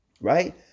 Right